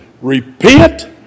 repent